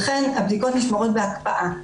לכן הבדיקות נשמרות בהקפאה.